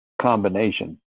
combination